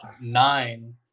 nine